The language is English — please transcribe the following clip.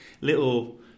Little